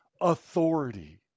authority